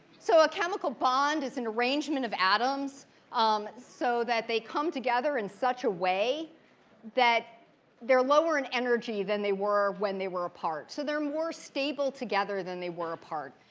so a chemical bond is an arrangement of atoms um so that they come together in such a way that they're lower in energy than they were when they were apart. so they're more stable together than they were apart,